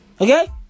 Okay